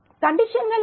கண்டிஷன்கள் என்ன